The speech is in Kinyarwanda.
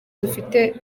dufite